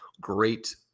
great